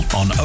on